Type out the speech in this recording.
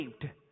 saved